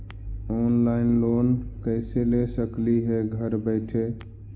Online loan कैसे ले सकली हे घर बैठे?